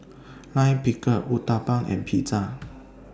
Lime Pickle Uthapam and Pizza